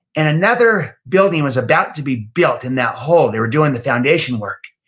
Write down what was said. and another building was about to be built in that hole. they were doing the foundation work.